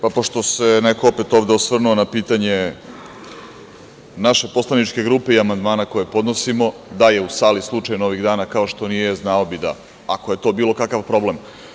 Pošto se neko opet ovde osvrnuo na pitanje naše poslaničke grupe i amandmana koje podnosimo, da je u sali slučajno ovih dana, kao što nije, znao bi, ako je to bilo kakav problem.